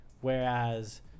whereas